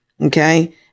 Okay